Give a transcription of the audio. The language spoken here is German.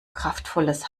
kraftvolles